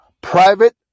Private